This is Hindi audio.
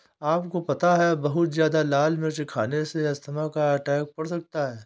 आपको पता है बहुत ज्यादा लाल मिर्च खाने से अस्थमा का अटैक पड़ सकता है?